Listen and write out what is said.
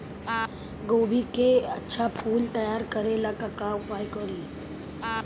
गोभी के अच्छा फूल तैयार करे ला का उपाय करी?